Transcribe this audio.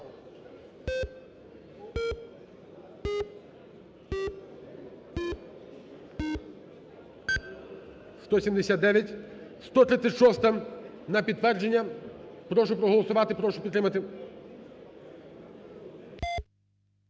остання, на підтвердження. Прошу проголосувати, прошу підтримати